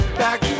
back